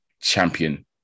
Champion